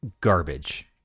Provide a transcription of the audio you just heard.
Garbage